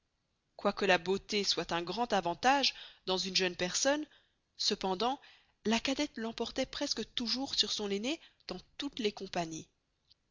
que la beauté soit un grand avantage dans une jeune personne cependant la cadette l'emportoit presque toûjours sur son aînée dans toutes les compagnies